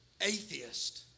atheist